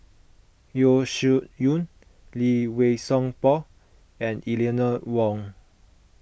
Yeo Shih Yun Lee Wei Song Paul and Eleanor Wong